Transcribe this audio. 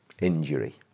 injury